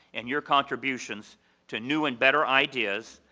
and your contributions to new and better ideas,